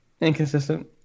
Inconsistent